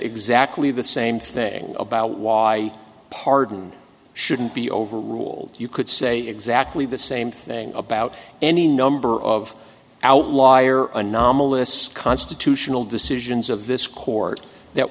exactly the same thing about why pardon shouldn't be overruled you could say exactly the same thing about any number of outlaw or anomalous constitutional decisions of this court that